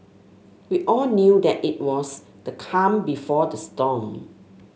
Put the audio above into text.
we all knew that it was the calm before the storm